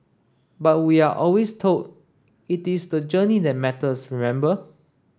but we are always told it is the journey that matters remember